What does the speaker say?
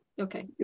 okay